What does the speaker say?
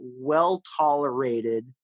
well-tolerated